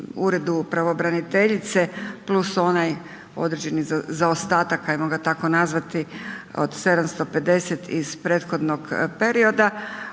uredu pravobraniteljice plus onaj određeni zaostatak, ajmo ga tako nazvati od 750 iz prethodnog perioda,